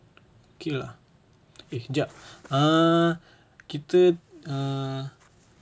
okay lah eh jap err kita err